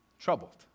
troubled